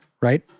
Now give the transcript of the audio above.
Right